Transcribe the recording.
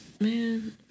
man